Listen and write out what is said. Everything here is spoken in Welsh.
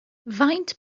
faint